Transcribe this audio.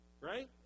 right